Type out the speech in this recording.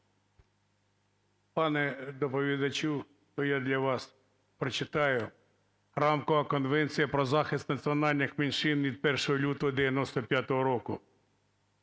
Дякую.